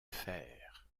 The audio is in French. fer